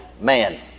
man